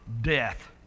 death